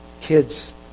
Kids